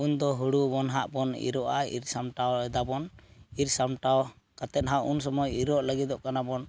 ᱩᱱᱫᱚ ᱦᱩᱲᱩ ᱵᱚᱱ ᱦᱟᱸᱜ ᱵᱚᱱ ᱤᱨᱚᱜᱼᱟ ᱤᱨ ᱥᱟᱢᱟᱴᱟᱣ ᱮᱫᱟᱵᱚᱱ ᱤᱨ ᱥᱟᱢᱴᱟᱣ ᱠᱟᱛᱮᱫ ᱦᱟᱸᱜ ᱩᱱ ᱥᱩᱢᱟᱭ ᱤᱨᱚᱜ ᱞᱟᱹᱜᱤᱫᱚᱜ ᱠᱟᱱᱟ ᱵᱚᱱ